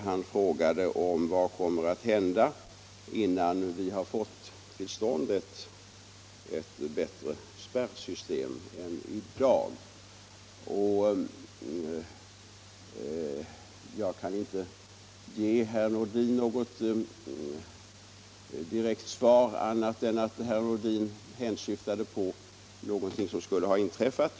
Han frågade vad som kommer att hända innan vi har fått till stånd ett bättre spärrsystem än vad som finns i dag. Jag kan inte ge herr Nordin något annat direkt svar än att herr Nordin tydligen = hänsyftade på någonting som skulle ha inträffat.